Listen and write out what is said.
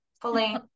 fully